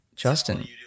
Justin